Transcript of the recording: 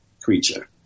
creature